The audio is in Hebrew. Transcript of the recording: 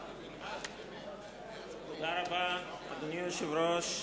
תודה רבה, אדוני היושב-ראש,